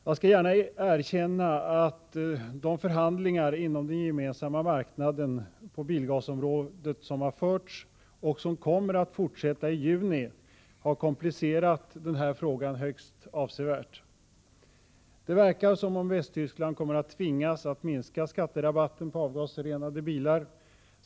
Jag skall gärna erkänna att de förhandlingar inom den gemensamma marknaden på bilavgasområdet som har förts och som kommer att fortsätta i juni har komplicerat den här frågan högst avsevärt. Det verkar som om Västtyskland kommer att tvingas att minska skatterabatten på avgasrenade bilar.